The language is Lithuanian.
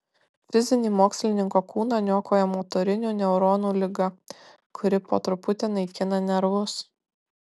fizinį mokslininko kūną niokoja motorinių neuronų liga kuri po truputį naikina nervus